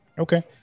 Okay